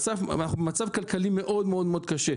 אנו מסבירים להם, אנחנו עוברים בכל הכביש.